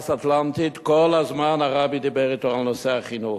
טרנס-אטלנטית כל הזמן הרבי דיבר אתו על נושא החינוך.